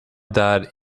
dad